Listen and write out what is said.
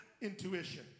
intuition